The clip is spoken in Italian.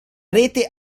rete